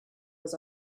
was